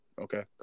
okay